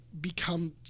become